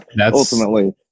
Ultimately